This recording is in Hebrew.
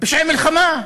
פשעי מלחמה.